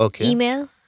email